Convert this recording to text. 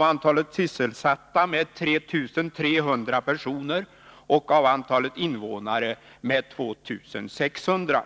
antalet sysselsatta kommer att minska med 3 300 personer, och antalet invånare kommer att minska med 2 600.